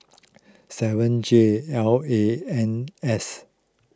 seven J L A N S